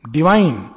Divine